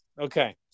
okay